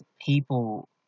people